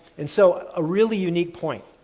and so, a really unique point.